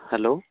hello